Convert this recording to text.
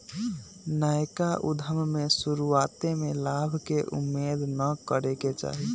नयका उद्यम में शुरुआते में लाभ के उम्मेद न करेके चाही